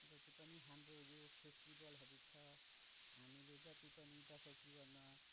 जति पनि हाम्रो यो फेस्टिभलहरू छ हामीले जति पनि दसैँ तिहारमा